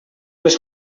les